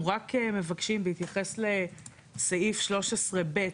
אנחנו רק מבקשים בהתייחס לסעיף 13(ב),